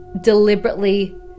deliberately